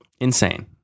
insane